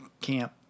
camp